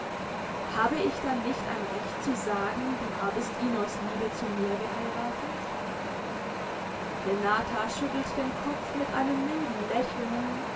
habe ich dann nicht ein recht zu sagen du habest ihn aus liebe zu mir geheiratet renata schüttelt den kopf mit einem milden lächeln